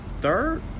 Third